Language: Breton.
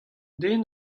den